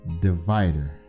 Divider